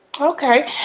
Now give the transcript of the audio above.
Okay